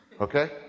Okay